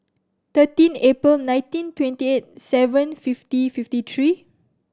thirteen April nineteen twenty eight seven fifty fifty three